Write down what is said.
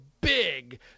big